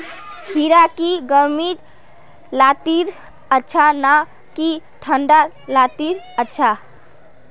खीरा की गर्मी लात्तिर अच्छा ना की ठंडा लात्तिर अच्छा?